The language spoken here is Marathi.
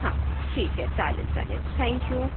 हां ठीक आहे चालेल चालेल थँक्यू